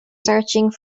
searching